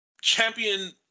Champion